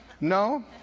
No